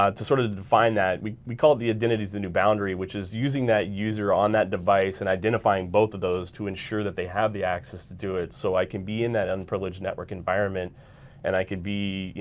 ah to sort of define that, we we called the identities the new boundary which is using that user on that device and identifying both of those to ensure that they have the access to do it. so i can be in that unprivileged network environment and i could be, you